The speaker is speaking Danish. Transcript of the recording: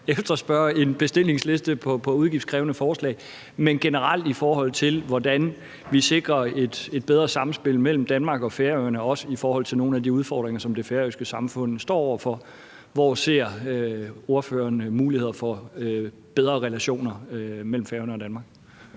efterspørge en bestillingsliste på udgiftskrævende forslag, men hvordan sikrer vi generelt et bedre samspil mellem Danmark og Færøerne også i forhold til nogle af de udfordringer, som det færøske samfund står over for? Hvor ser ordføreren muligheder for bedre relationer mellem Færøerne og Danmark?